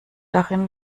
darin